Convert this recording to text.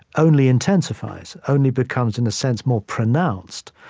only intensifies only becomes, in a sense, more pronounced,